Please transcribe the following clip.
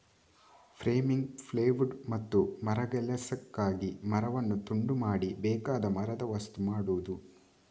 framing, plywood ಮತ್ತು ಮರಗೆಲಸಕ್ಕಾಗಿ ಮರವನ್ನು ತುಂಡು ಮಾಡಿ ಬೇಕಾದ ಮರದ ವಸ್ತು ಮಾಡುದು